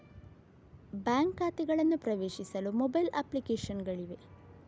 bank ಖಾತೆಗಳನ್ನು ಪ್ರವೇಶಿಸಲು mobile application ಗಳಿವೆ